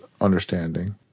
understanding